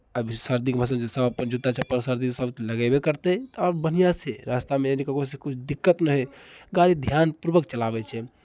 अभी सर्दीके मौसम छै सभ अपन जूत्ता चप्पल सभचीज सभ लगेबे करतै आ बढ़िआँसँ रास्तामे यदि ककरोसँ किछु दिक्कत नहि होय गाड़ी ध्यान पूर्वक चलाबै छै